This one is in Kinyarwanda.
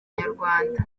nyarwanda